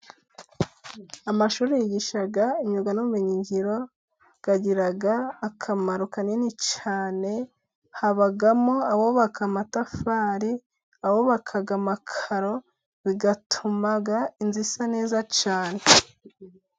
Amashuri yigisha imyuga n'ubumenyingiro, agira akamaro kanini cyane, habamo abubaka amatafari, abubaka amakaro, bigatuma inzu isa neza cyane.